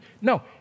No